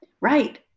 Right